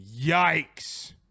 Yikes